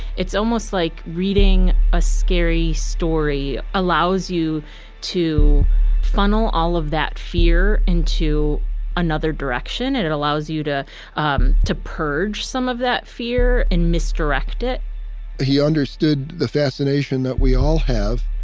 it's almost like reading a scary story allows you to funnel all of that fear into another direction and it allows you to um to purge some of that fear and misdirect. he understood the fascination that we all have.